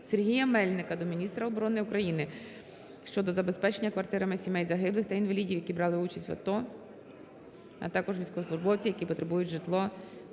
Сергія Мельника до міністра оборони України щодо забезпечення квартирами сімей загиблих та інвалідів, які брали участь в АТО, а також військовослужбовців, які потребують житло